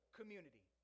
community